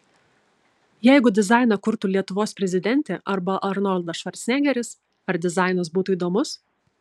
jeigu dizainą kurtų lietuvos prezidentė arba arnoldas švarcnegeris ar dizainas būtų įdomus